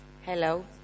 Hello